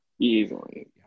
easily